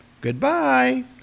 Goodbye